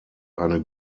eine